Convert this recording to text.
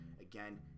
Again